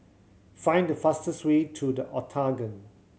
find the fastest way to The Octagon